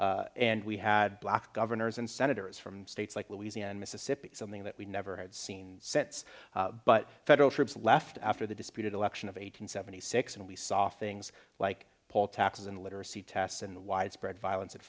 and we had black governors and senators from states like louisiana mississippi something that we never had seen since but federal troops left after the disputed election of eight hundred seventy six and we saw things like poll taxes and literacy tests and widespread violence a